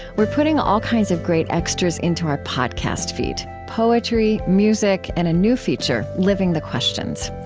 we're putting all kinds of great extras into our podcast feed poetry, music, and a new feature living the questions.